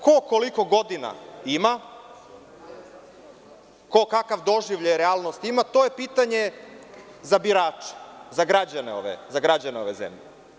Ko koliko godina ima, ko kakav doživljaj realnosti ima, to je pitanje za birače, za građane ove zemlje.